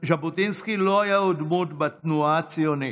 ז'בוטינסקי לא היה עוד דמות בתנועה הציונית.